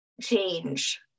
change